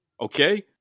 okay